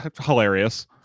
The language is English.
hilarious